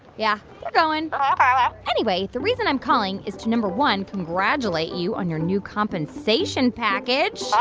yeah. they're going. um ah anyway, the reason i'm calling is to, number one, congratulate you on your new compensation package. yeah.